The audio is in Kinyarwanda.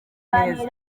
neza